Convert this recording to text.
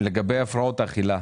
לגבי הפרעות אכילה.